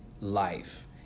life